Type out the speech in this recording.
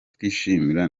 twishimira